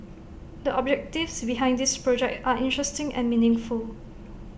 the objectives behind this project are interesting and meaningful